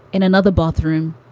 in another bathroom